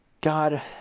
God